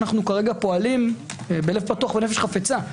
אנחנו כרגע פועלים בלב פתוח ובנפש חפצה.